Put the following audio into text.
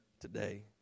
today